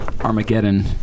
Armageddon